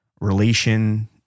relation